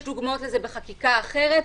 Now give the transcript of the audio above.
יש דוגמאות לזה בחקיקה אחרת,